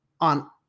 on